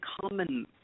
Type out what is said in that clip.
common